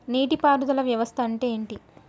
నీటి పారుదల వ్యవస్థ అంటే ఏంటి?